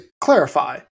clarify